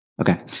Okay